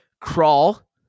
Crawl